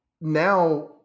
now